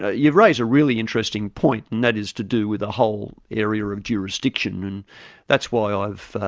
ah you raise a really interesting point, and that is to do with the whole area of jurisdiction, and that's why ah i've,